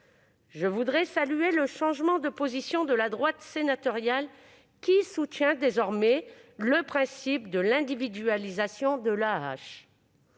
Je voudrais saluer le changement de position de la droite sénatoriale, qui soutient désormais le principe de l'individualisation de l'AAH.